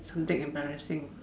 something embarrassing